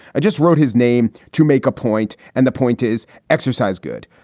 i just wrote his name to make a point. and the point is exercise. good.